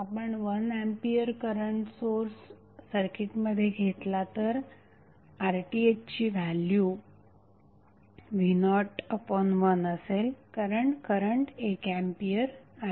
आपण 1A current source सर्किटमध्ये घेतला तर RThची व्हॅल्यु v01असेल कारण करंट 1A आहे